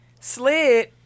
slid